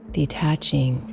detaching